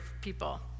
people